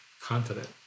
confident